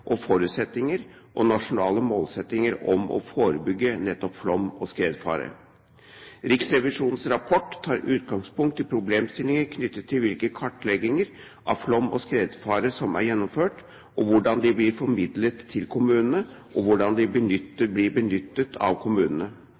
forutsetninger og nasjonale målsettinger om å forebygge nettopp flom og skred. Riksrevisjonens rapport tar utgangspunkt i problemstillinger knyttet til hvilke kartlegginger av flom- og skredfare som er gjennomført, og hvordan de blir formidlet til og benyttet av kommunene. Videre reises det spørsmål om hvordan